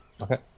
Okay